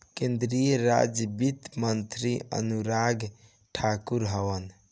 केंद्रीय राज वित्त मंत्री अनुराग ठाकुर हवन